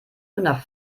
nach